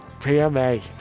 PMA